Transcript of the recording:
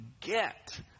get